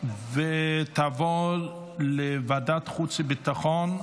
ותעבור לדיון בוועדת החוץ והביטחון.